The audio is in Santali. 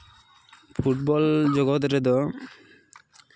ᱯᱷᱩᱴᱵᱚᱞ ᱡᱚᱜᱚᱛ ᱨᱮᱫᱚ